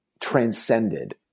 transcended